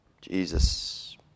Jesus